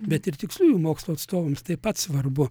bet ir tiksliųjų mokslų atstovams taip pat svarbu